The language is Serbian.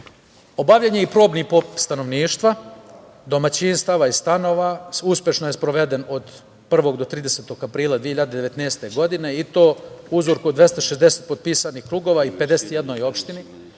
je i probni popis stanovništva, domaćinstava i stanova. Uspešno je sproveden od 1. do 30. aprila 2019. godine i to uzorku od 260 potpisanih krugova i 51 opštini.